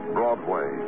Broadway